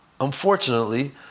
unfortunately